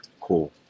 cool